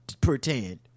pretend